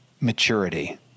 maturity